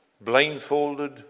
blindfolded